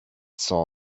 saw